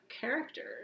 characters